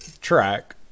track